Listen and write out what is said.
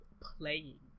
playing